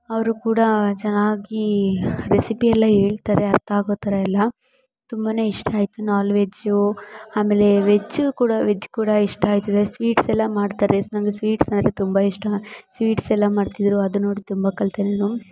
ಅವರು ಕೂಡಾ ಚೆನ್ನಾಗಿ ರೆಸಿಪಿಯೆಲ್ಲ ಹೇಳ್ತರೆ ಅರ್ಥ ಆಗೊ ಥರ ಎಲ್ಲ ತುಂಬ ಇಷ್ಟ ಆಯಿತು ನಾಲ್ ವೆಜ್ಜು ಆಮೇಲೆ ವೆಜ್ಜು ಕೂಡ ವೆಜ್ ಕೂಡ ಇಷ್ಟ ಆಯ್ತದೆ ಸ್ವೀಟ್ಸ್ ಎಲ್ಲ ಮಾಡ್ತಾರೆ ನಂಗೆ ಸ್ವೀಟ್ಸ್ ಅಂದರೆ ತುಂಬ ಇಷ್ಟ ಸ್ವೀಟ್ಸ್ ಎಲ್ಲ ಮಾಡ್ತಿದ್ದರು ಅದು ನೋಡಿ ತುಂಬ ಕಲಿತೆ ನಾನು